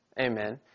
amen